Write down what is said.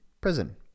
prison